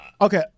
Okay